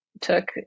took